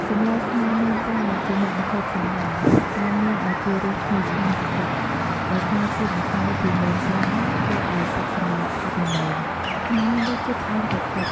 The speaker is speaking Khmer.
សម្លស្ងោរមើមត្រាវ ជាមុខម្ហូបសាមញ្ញតែមានឱជារសឈ្ងុយឆ្ងាញ់ពិសេស ដោយសារជាតិម្សៅពីមើមត្រាវធ្វើឱ្យទឹកសម្លខាប់ល្មម និងមានរសជាតិផ្អែមតិចៗ។